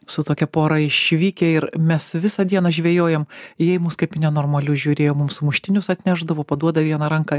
su tokia pora išvykę ir mes visą dieną žvejojam jie į mus kaip nenormalius žiūrėjo mums sumuštinius atnešdavo paduoda vieną ranką